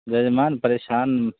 जजमान परेशान